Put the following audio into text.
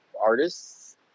artists